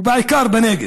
ובעיקר בנגב?